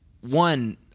one